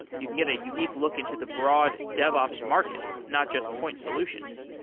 you can get a unique look into the broad devops market, not just point solutions.